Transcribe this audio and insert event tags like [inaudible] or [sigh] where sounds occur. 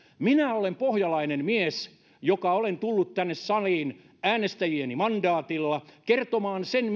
minä olen pohjalainen mies joka olen tullut tänne saliin äänestäjieni mandaatilla kertomaan sen [unintelligible]